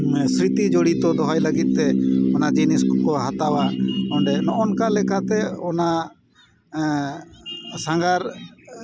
ᱥᱨᱤᱛᱤ ᱡᱚᱲᱤᱛ ᱫᱚᱦᱚᱭ ᱞᱟᱹᱜᱤᱫ ᱛᱮ ᱚᱱᱟ ᱡᱤᱱᱤᱥ ᱠᱚᱠᱚ ᱦᱟᱛᱟᱣᱟ ᱚᱰᱮ ᱱᱚᱝᱠᱟ ᱞᱮᱠᱟᱛᱮ ᱚᱱᱟ ᱥᱟᱸᱜᱷᱟᱨ